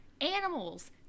Animals